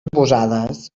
oposades